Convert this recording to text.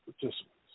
participants